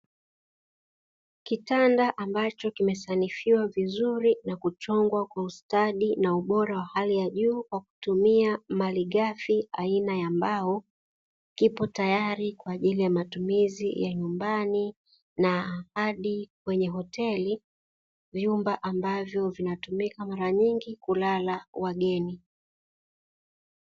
Kitanda ambacho kimesanifiwa vizuri na kuchongwa kwa ustadi na ubora wa hali ya juu kwa kutumia malighafi aina ya mbao, ipo tayari kwa ajili ya matumizi ya nyumbani na hadi kwenye hoteli vyumba ambavyo vinatumika mara nyingi kulala wageni.